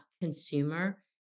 consumer